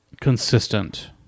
consistent